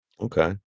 okay